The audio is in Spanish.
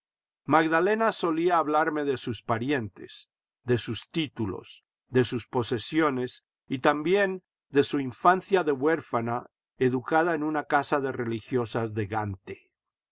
magdalena solía hablarme de sus parientes de sus títulos de sus posesiones y también de su infancia de huérfana educada en una casa de religiosas de gante